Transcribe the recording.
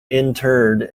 interred